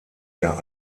der